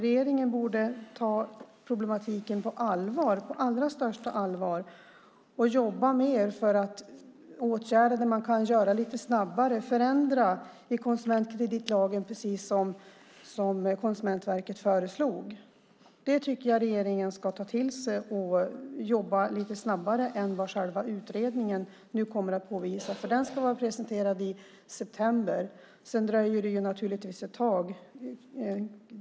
Regeringen borde ta problematiken på allra största allvar och jobba mer för att vidta åtgärder lite snabbare och förändra konsumentkreditlagen, precis som Konsumentverket föreslagit. Jag tycker att regeringen ska ta till sig det och jobba lite snabbare än själva utredningen, för den ska presentera sitt resultat i september. Sedan dröjer det naturligtvis ett tag.